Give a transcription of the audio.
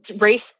race